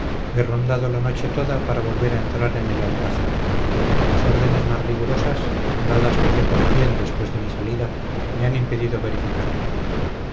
rondado la noche toda para volver a entrar en el alcázar las órdenes más rigurosas dadas no sé por quién después de mi salida me han impedido verificarlo